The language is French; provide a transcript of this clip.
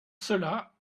cela